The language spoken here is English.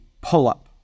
pull-up